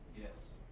Yes